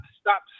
stop